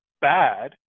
bad